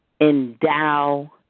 endow